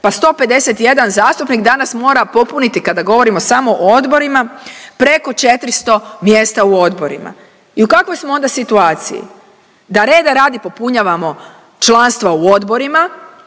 pa 151 zastupnik danas mora popuniti kada govorimo samo o odborima preko 400 mjesta u odborima. I u kakvoj smo onda situaciji? Da reda radi popunjavamo članstva u odborima,